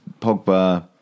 Pogba